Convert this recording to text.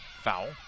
Foul